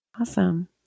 Awesome